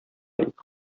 ике